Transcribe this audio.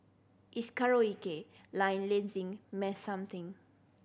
it's karaoke line mass something